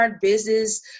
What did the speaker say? business